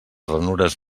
ranures